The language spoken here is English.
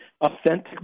authentic